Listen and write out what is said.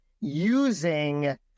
using